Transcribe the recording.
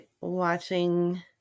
watching